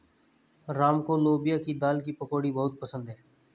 राम को लोबिया की दाल की पकौड़ी बहुत पसंद हैं